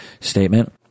statement